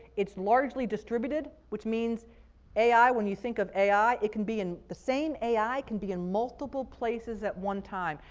it's largely distributed, which means ai, when you think of ai, it can be in, the same ai can be in multiple places at one time.